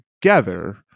together